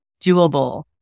doable